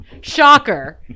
Shocker